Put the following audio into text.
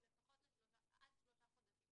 עד 3 חודשים.